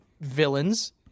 villains